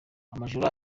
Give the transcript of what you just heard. amajoro